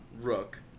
Rook